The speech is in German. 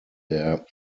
der